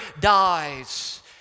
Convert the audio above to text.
dies